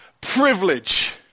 privilege